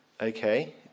Okay